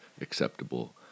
acceptable